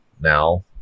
now